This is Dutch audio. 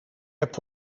heb